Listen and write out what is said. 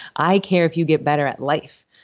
i care if you get better at life.